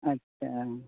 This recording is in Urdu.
اچھا